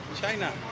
China